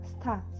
Start